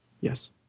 Yes